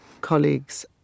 colleagues